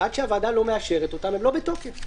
ועד שהוועדה לא מאשרת אותן הן לא בתוקף.